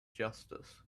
justice